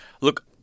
Look